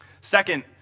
Second